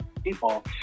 people